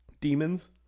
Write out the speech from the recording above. demons